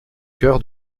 cœur